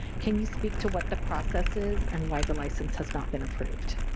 can you speak to what the process is and why the license has not been approved?